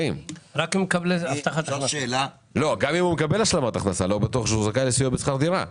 גם אם הוא מקבל השלמת הכנסה לא בטוח שהוא זכאי לסיוע בשכר דירה.